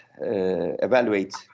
evaluate